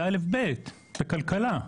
זה אלף בית של כלכלה.